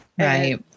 Right